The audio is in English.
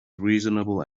reasonable